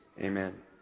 Amen